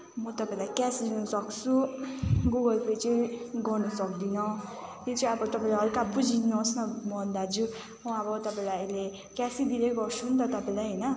म तपाईँलाई क्यास दिनु सक्छु गुगल पे चाहिँ गर्नु सक्दिनँ त्यो चाहिँ अब तपाईँले हलका बुझिदिनुहोस् न मोहन दाजु म अब तपाईँलाई अहिले क्यासै दिँदै गर्छु नि त तपाईँलाई होइन